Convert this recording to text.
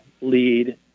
lead